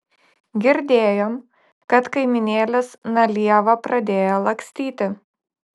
girdėjom kad kaimynėlis na lieva pradėjo lakstyti